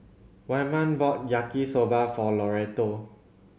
Wyman bought Yaki Soba for Loretto